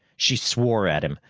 she swore at him,